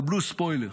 קבלו ספוילר,